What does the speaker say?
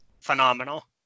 phenomenal